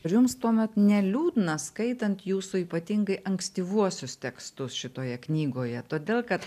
ar jums tuomet neliūdna skaitant jūsų ypatingai ankstyvuosius tekstus šitoje knygoje todėl kad